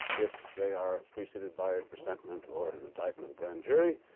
if they are preceded by a presentment or an indictment of grand jury,